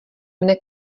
mne